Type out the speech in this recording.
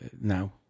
now